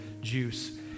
juice